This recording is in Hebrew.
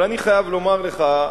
אבל אני חייב לומר לך,